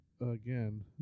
again